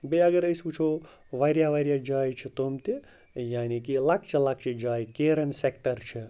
بیٚیہِ اگر أسۍ وٕچھو واریاہ واریاہ جایہِ چھِ تِم تہِ یعنی کہِ لۄکچہِ لۄکچہِ جایہِ کیرَن سٮ۪کٹَر چھِ